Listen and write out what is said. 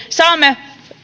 saamme